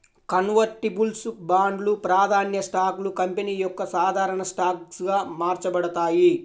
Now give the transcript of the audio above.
convertibles బాండ్లు, ప్రాధాన్య స్టాక్లు కంపెనీ యొక్క సాధారణ స్టాక్గా మార్చబడతాయి